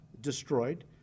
destroyed